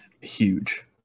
huge